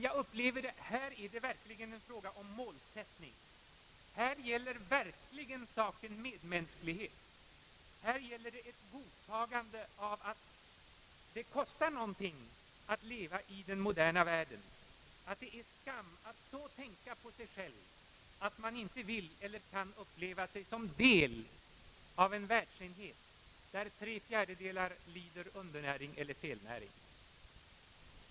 Jag upplever det så att här är det verkligen en fråga om målsättning, här gäller verkligen saken medmänsklighet, här gäller det ett godtagande av att det kostar något att leva i den moderna världen, att det är en skam att så tänka på sig själv, att man icke vill eller kan uppleva sig som en del av en världsenhet, där tre fjärdedelar lider av undernäring eller felnäring.